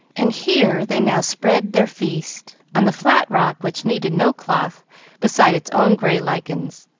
and here they now spread their feast on the flat rock which needed no cloth beside its own gray lichens.